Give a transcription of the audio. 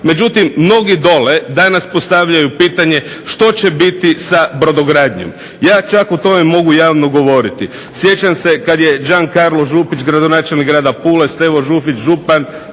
Međutim mnogi dolje danas postavljaju pitanje što će biti sa brodogradnjom. Ja čak o tome mogu javno govoriti. Sjećam se kada je Gian Carlo Župić gradonačelnik grada Pule, Stevo Žufić župan,